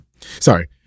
Sorry